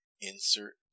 Insert